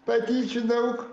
patyčių daug